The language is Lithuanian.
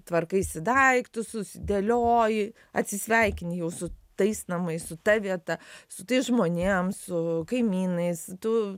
tvarkaisi daiktus susidėlioji atsisveikini su tais namais su ta vieta su tais žmonėm su kaimynais tu